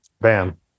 Bam